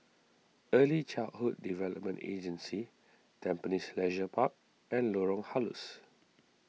Early Childhood Development Agency Tampines Leisure Park and Lorong Halus